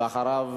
ואחריו,